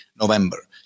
November